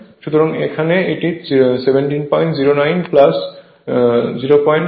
সুতরাং এখানে এটি 1709 0712 800 ওয়াট হয়